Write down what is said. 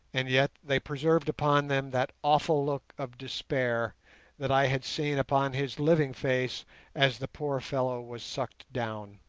and yet they preserved upon them that awful look of despair that i had seen upon his living face as the poor fellow was sucked down.